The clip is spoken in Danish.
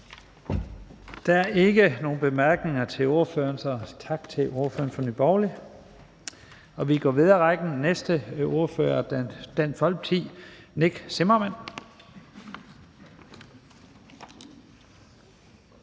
Der er ikke nogen korte bemærkninger til ordføreren, så tak til ordføreren for Nye Borgerlige. Vi går videre i rækken. Næste ordfører er fra Dansk Folkeparti, Nick Zimmermann.